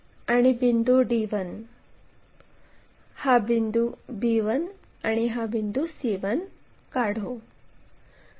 अंतरावर एक आडवी लाईन काढा आणि या छेदनबिंदूला r असे नाव देऊ